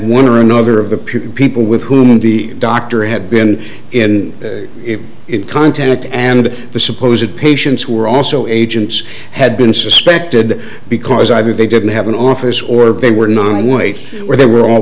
one or another of the pit people with whom the doctor had been in it contact and the supposed patients were also agents had been suspected because either they didn't have an office or they were nonwhite where they were a